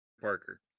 Parker